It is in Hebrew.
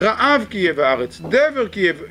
רעב כי יהיה בארץ, דבר כי יהיה ב...